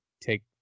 take